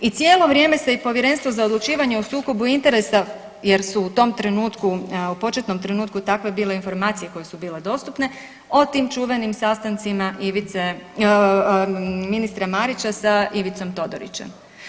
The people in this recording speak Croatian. I cijelo vrijeme se i Povjerenstvo za odlučivanje o sukobu interesa jer su u tom trenutku, u početnom trenutku takve bile informacije koje su bile dostupne o tim čuvenim sastancima Ivice, ministra Marića sa Ivicom Todorićem.